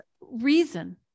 reason